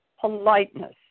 politeness